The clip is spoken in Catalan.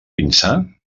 pinsà